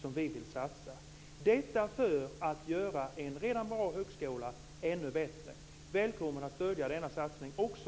Detta vill vi för att göra en redan bra högskola ännu bättre. Välkommen att stödja denna satsning också,